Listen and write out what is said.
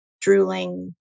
drooling